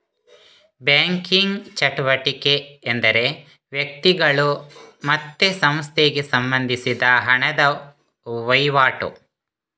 banking ಚಟುವಟಿಕೆ ಎಂದರೆ ವ್ಯಕ್ತಿಗಳು ಮತ್ತೆ ಸಂಸ್ಥೆಗೆ ಸಂಬಂಧಿಸಿದ ಹಣದ ವೈವಾಟು